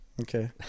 Okay